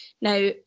Now